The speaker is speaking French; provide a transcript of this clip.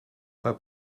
pas